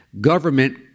government